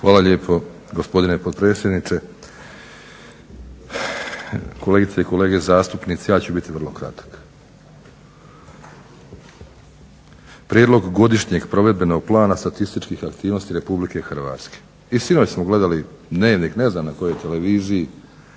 Hvala lijepo gospodine potpredsjedniče. Kolegice i kolege zastupnici. Ja ću biti vrlo kratak. Prijedlog godišnjeg provedbenog plana statističkih aktivnosti Republike Hrvatske. I sinoć smo gledali Dnevnik, ne znam na kojoj televiziji